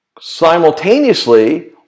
Simultaneously